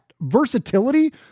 versatility